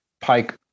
Pike